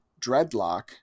dreadlock